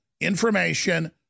information